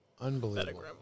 Unbelievable